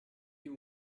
you